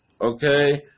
okay